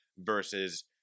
versus